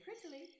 prettily